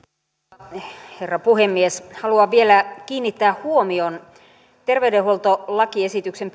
arvoisa herra puhemies haluan vielä kiinnittää huomion terveydenhuoltolakiesityksen